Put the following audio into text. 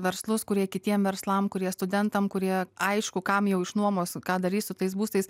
verslus kurie kitiem verslam kurie studentam kurie aišku kam jau išnuomos ką darys su tais būstais